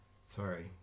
Sorry